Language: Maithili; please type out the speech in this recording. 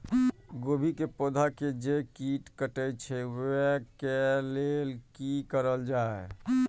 गोभी के पौधा के जे कीट कटे छे वे के लेल की करल जाय?